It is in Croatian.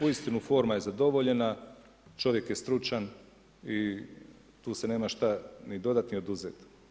Uistinu, forma je zadovoljena, čovjek je stručan i tu se nema šta ni dodat, ni oduzet.